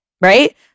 right